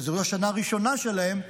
שזו השנה הראשונה שלהם,